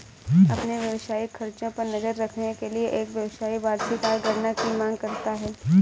अपने व्यावसायिक खर्चों पर नज़र रखने के लिए, एक व्यवसायी वार्षिक आय गणना की मांग करता है